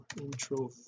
intro